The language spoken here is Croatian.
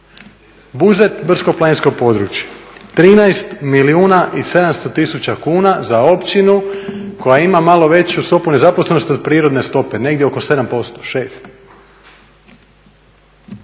Buzet brdsko-planinsko područje. 13 milijuna i 700 tisuća kuna za općinu koja ima malo veću stopu nezaposlenosti od prirodne stope, negdje oko 7%, 6.